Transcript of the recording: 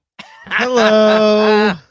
Hello